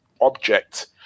object